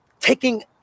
Taking